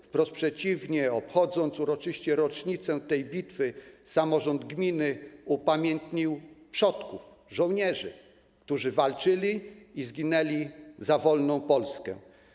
Wprost przeciwnie, obchodząc uroczyście rocznicę tej bitwy, samorząd gminy upamiętnił przodków - żołnierzy, którzy walczyli i zginęli za wolną Polskę.